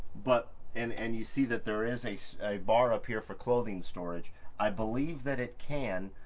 but and and you see that there is a so a bar up here for clothing storage i believe that it can